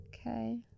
Okay